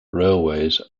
railways